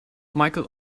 michael